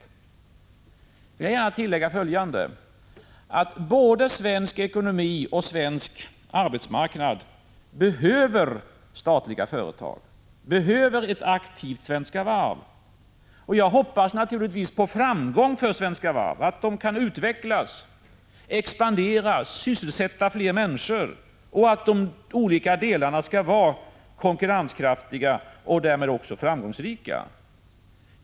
Jag vill gärna tillägga följande: Både svensk ekonomi och svensk arbetsmarknad behöver statliga företag, behöver ett aktivt Svenska Varv. Jag hoppas naturligtvis på framgång för Svenska Varv, jag hoppas att företaget kan utvecklas, expandera och sysselsätta fler människor samt att de olika delarna skall vara konkurrenskraftiga och därmed också framgångsrika.